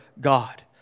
God